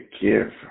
give